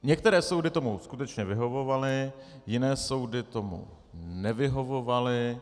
Některé soudy tomu skutečně vyhovovaly, jiné soudy tomu nevyhovovaly.